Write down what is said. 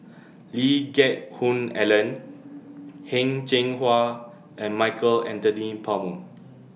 Lee Geck Hoon Ellen Heng Cheng Hwa and Michael Anthony Palmer